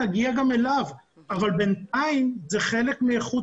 נגיע גם אליו אבל בינתיים זה חלק מאיכות